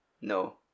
No